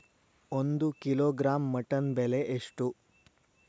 ಒಂದು kilogram mutton ಬೆಲೆ ಎಷ್ಟ್?